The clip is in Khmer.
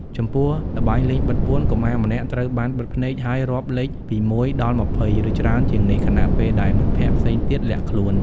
ចំពោះ ល្បែងលេងបិទពួន កុមារម្នាក់ត្រូវបានបិទភ្នែក ហើយរាប់លេខពី ១ ដល់ ២០ ឬច្រើនជាងនេះ ខណៈពេលដែលមិត្តភក្តិផ្សេងទៀតលាក់ខ្លួន ។